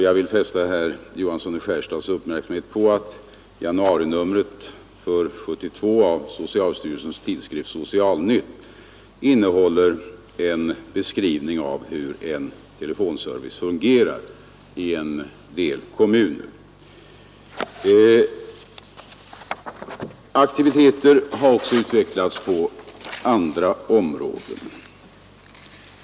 Jag vill fästa herr Johanssons i Skärstad uppmärksamhet på att januarinumret 1972 av socialstyrelsens tidskrift Social-Nytt innehåller en beskrivning av hur en telefonservice fungerar i en del kommuner. Aktiviteter har också utvecklats på andra områden.